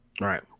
Right